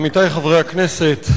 עמיתי חברי הכנסת,